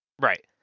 Right